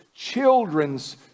children's